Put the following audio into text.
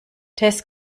tess